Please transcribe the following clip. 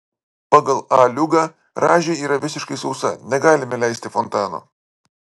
pagal a liugą rąžė yra visiškai sausa negalime leisti fontano